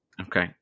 Okay